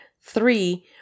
three